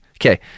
Okay